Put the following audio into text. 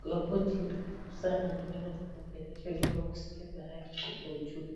kwa koti chini kabisa na anaonekana kumwangelesha huyo makuskia mahali kubwa uchungu.